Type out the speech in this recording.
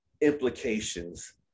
implications